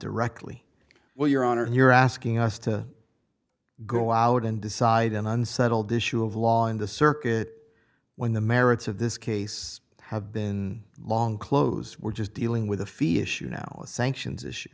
directly well your honor you're asking us to go out and decide an unsettled issue of law in the circuit when the merits of this case have been long closed we're just dealing with a fee issue now sanctions issue